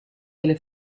delle